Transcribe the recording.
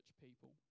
people